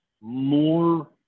more